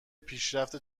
پیشرفت